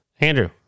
Andrew